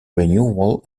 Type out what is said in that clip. renewal